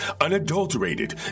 unadulterated